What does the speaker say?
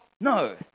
No